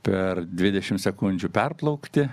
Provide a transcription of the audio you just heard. per dvidešimt sekundžių perplaukti